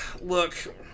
look